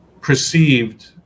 perceived